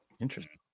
Interesting